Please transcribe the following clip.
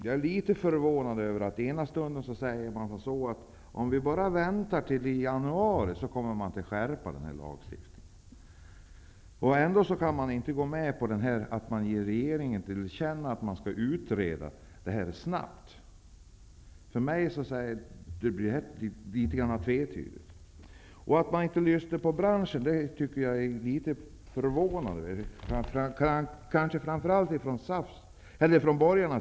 I ena stunden sägs att om vi bara väntar till i januari kommer lagstiftningen att skärpas. Ändå är det omöjligt att gå med på att vi ger regeringen till känna att detta skall utredas snabbt. Jag är litet förvånad över det. För mig blir det tvetydigt. Jag tycker att det är förvånande att man inte lyssnar på branschen, framför allt när det gäller borgarna.